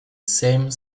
same